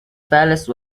palace